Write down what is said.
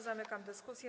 Zamykam dyskusję.